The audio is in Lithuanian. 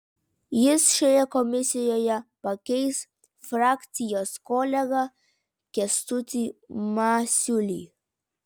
jis šioje komisijoje pakeis frakcijos kolegą kęstutį masiulį